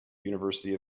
university